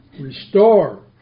Restore